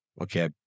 okay